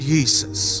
Jesus